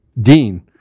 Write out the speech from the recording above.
dean